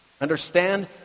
Understand